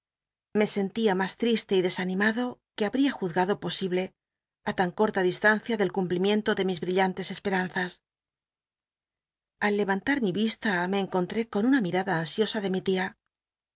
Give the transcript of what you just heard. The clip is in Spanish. me sen tia mas triste y desanimado que habria inzgado posible a tan corta distancia del cumplimiento de mis brillantc esperanzas al levantar mi yista me encontré con una mir'ada ansiosa de mi tia